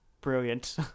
brilliant